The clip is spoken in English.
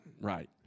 Right